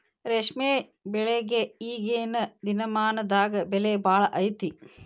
ರೇಶ್ಮೆ ಬೆಳಿಗೆ ಈಗೇನ ದಿನಮಾನದಾಗ ಬೆಲೆ ಭಾಳ ಐತಿ